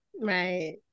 Right